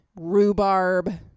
rhubarb